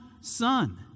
son